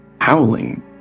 howling